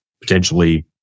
potentially